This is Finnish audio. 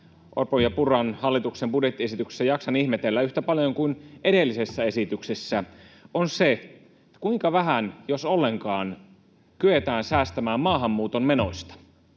Orpon ja Purran hallituksen budjettiesityksessä jaksan ihmetellä yhtä paljon kuin edellisessä esityksessä, on se, kuinka vähän, jos ollenkaan, kyetään säästämään maahanmuuton menoista.